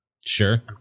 Sure